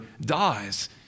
dies